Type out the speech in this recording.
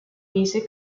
music